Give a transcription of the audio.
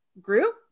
group